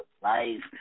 life